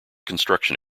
construction